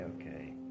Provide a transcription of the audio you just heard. okay